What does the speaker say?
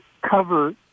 cover